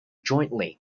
jointly